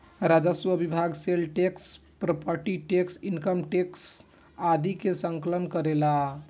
राजस्व विभाग sale tax property tax income tax आदि के संकलन करेला